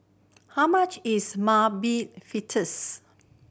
how much is Mung Bean Fritters